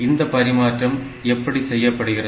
இந்த பரிமாற்றம் எப்படி செய்யப்படுகிறது